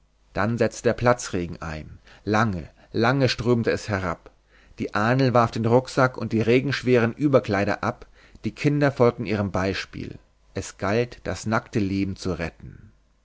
dann setzte ein platzregen ein lange lange strömte es herab die ahnl warf den rucksack und die regenschweren überkleider ab die kinder folgten ihrem beispiel es galt das nackte leben zu retten